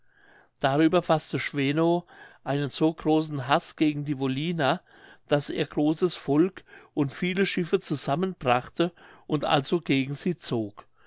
darüber faßte schweno einen so großen haß gegen die wolliner daß er großes volk und viele schiffe zusammen brachte und also gegen sie zog